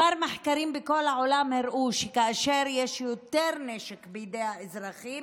מחקרים בכל העולם הראו שכאשר יש יותר נשק בידי האזרחים,